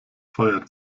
feuer